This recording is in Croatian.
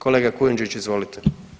Kolega Kujundžić, izvolite.